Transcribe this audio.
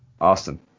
Austin